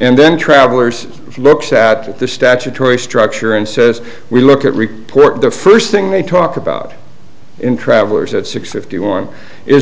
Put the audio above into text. and then travelers looks at the statutory structure and says we look at report the first thing they talk about in travelers at six fifty one is